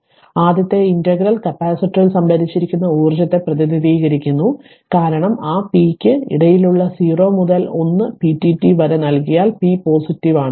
അതിനാൽ ആദ്യത്തെ ഇന്റഗ്രൽ കപ്പാസിറ്ററിൽ സംഭരിച്ചിരിക്കുന്ന ഊർജ്ജത്തെ പ്രതിനിധീകരിക്കുന്നു കാരണം ആ പിക്ക് ഇടയിലുള്ള 0 മുതൽ 1 പിഡിടി വരെ നൽകിയാൽ p പോസിറ്റീവ് ആണ്